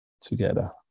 together